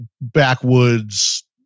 backwoods